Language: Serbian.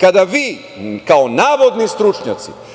Kada vi kao navodni stručnjaci